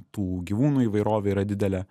tų gyvūnų įvairovė yra didelė